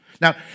Now